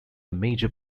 major